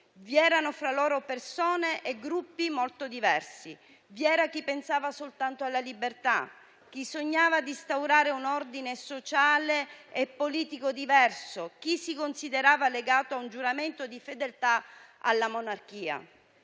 Vi erano fra loro persone e gruppi molto diversi. Vi era chi pensava soltanto alla libertà, chi sognava di instaurare un ordine sociale e politico diverso, chi si considerava legato a un giuramento di fedeltà alla monarchia.